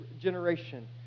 generation